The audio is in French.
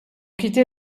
quitté